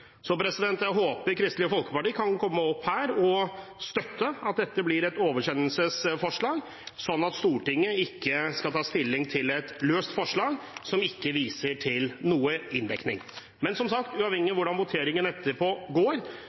Jeg håper Kristelig Folkeparti kan komme opp her og støtte at dette blir et oversendelsesforslag, slik at Stortinget ikke må ta stilling til et løst forslag som ikke viser til noen inndekning. Men, som sagt, uavhengig av hvordan voteringen etterpå går,